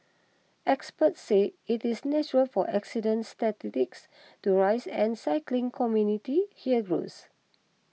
experts say it is natural for accident statistics to rise as cycling community here grows